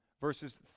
verses